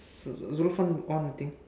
Zulfan on the thing